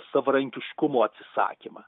savarankiškumo atsisakymą